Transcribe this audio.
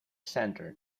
center